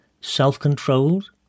self-controlled